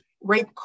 rape